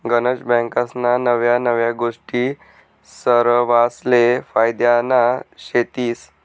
गनज बँकास्ना नव्या नव्या गोष्टी सरवासले फायद्यान्या शेतीस